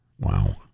Wow